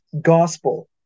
gospel